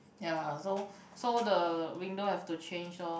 ya so so the window have to change lor